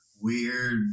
weird